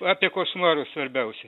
apie košmarus svarbiausia